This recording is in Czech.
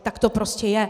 Tak to prostě je!